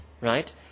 right